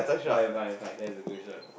fine fine fine thats a good shot